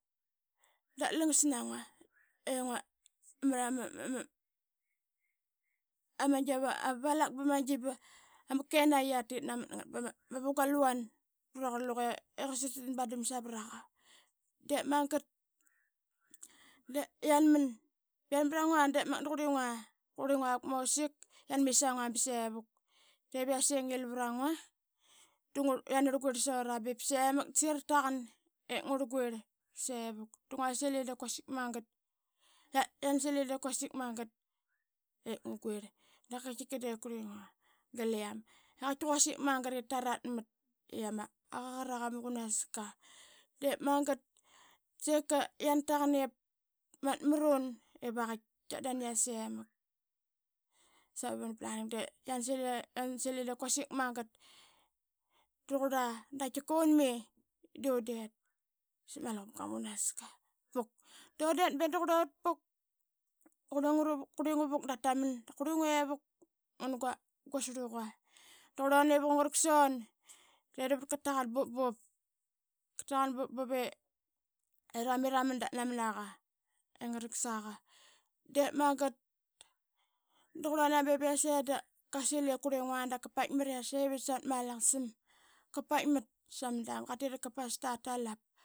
Da langas nangua mrama valak i ama kenaqi qiatit namat ngat bama ma vu qualuva braquarl luge quasik tan bandam savraqa. De magat da yanman ba yan mrangua da qurlingua da qurlingua. qurlingua vuk pama osik. Yan mit sanqua ba sevuk dep yase i ngil vrangua da urarl quirla ba semak da sagi ratagan i ngurl guirl sevuk da ngua sil i diip quasik magat. Yan sil i de quasik magat ip ngu guirl da qaitkika de qurling. Ua galiam i qaitka quasik magat ip taratmat i ama qagaraga ma quanaska. De magat da sika yan taqan ip mat mrun ivagait tkia dan yase mak savat ma vunapala ding de yan sil i diip quasik magat taqurla da qaitkika unmi de undet sap ma luqupka ma qunaska puk. Dun de be da qurlut puk. Qurlingua vuk da ta man da qurling gua ivuk ngun guasrluqa da qurlun ivuk i ngarak san de davat qataqan bup bup. Qataqan bup bup i rami raman da naman aqa ingarak saqa. De magat da qurluna bev i yase da qasil ip qurrlingua da qa paitmat yase vit savat ma Alaqasam. qa paitmat sama dang de qatit ip qapas tatalap.